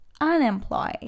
unemployed